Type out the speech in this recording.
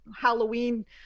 Halloween